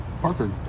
Parker